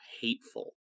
hateful